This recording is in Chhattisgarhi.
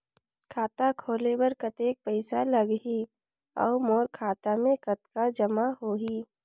खाता खोले बर कतेक पइसा लगही? अउ मोर खाता मे कतका जमा होही?